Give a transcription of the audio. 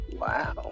Wow